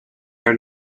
are